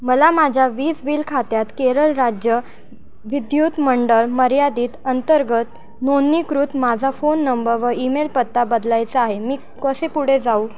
मला माझ्या वीज बिल खात्यात केरळ राज्य विद्युत मंडळ मर्यादित अंतर्गत नोंदणीकृत माझा फोन नंब व ईमेल पत्ता बदलायचा आहे मी कसे पुढे जाऊ